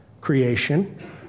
creation